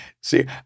See